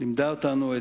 לימדה אותנו,